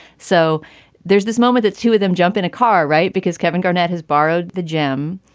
so there's this moment. the two of them jump in a car, right, because kevin garnett has borrowed the gym,